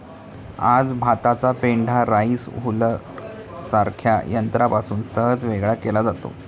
आज भाताचा पेंढा राईस हुलरसारख्या यंत्रापासून सहज वेगळा केला जातो